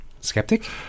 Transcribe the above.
Skeptic